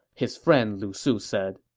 his friend lu su said